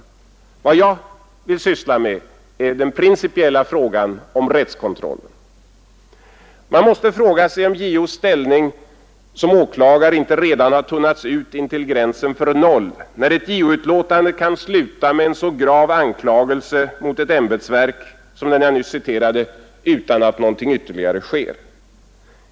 Vad jag vill ta upp är den principiella frågan om rättskontrollen. Man måste fråga sig om JO:s ställning som åklagare inte redan har tunnats ut intill gränsen för noll när ett JO-utlåtande kan sluta med en så grav anklagelse mot ett ämbetsverk som den jag nyss citerade utan att något ytterligare sker.